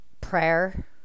prayer